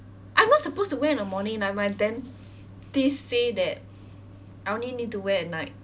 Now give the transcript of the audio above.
I'm not supposed to wear in the morning like my dentist say that I only need to wear at night